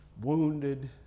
wounded